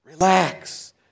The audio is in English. Relax